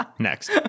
next